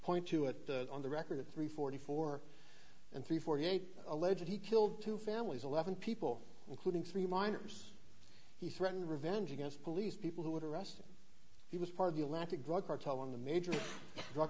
point to it on the record at three forty four and three forty eight alleged he killed two families eleven people including three miners he threatened revenge against police people who would arrest him he was part of the electric drug cartel on the major drug